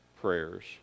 prayers